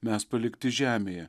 mes palikti žemėje